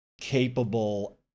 capable